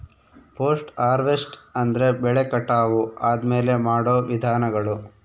post harvest ಅಂದ್ರೆ ಬೆಳೆ ಕಟಾವು ಆದ್ಮೇಲೆ ಮಾಡೋ ವಿಧಾನಗಳು